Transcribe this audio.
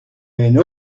haine